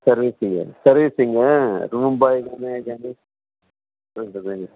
servicing సర్వీసింగా room boy కానీ అయినా కానీ ఉంటుందా